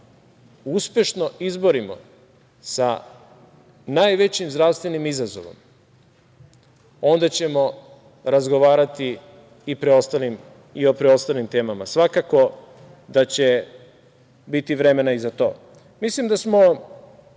uspešno izborimo sa najvećim zdravstvenim izazovom, onda ćemo razgovarati i o preostalim temama. Svakako da će biti vremena i za to. Mislim da smo